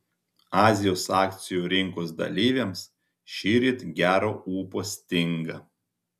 azijos akcijų rinkos dalyviams šįryt gero ūpo stinga